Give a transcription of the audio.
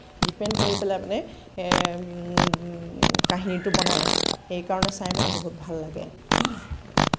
depend কৰি পেলাই মানে কাহিনীটো বনায় সেইকাৰণে চাই মানে বহুত ভাল লাগে